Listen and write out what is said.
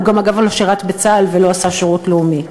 הוא, אגב, גם לא שירת בצה"ל ולא עשה שירות לאומי.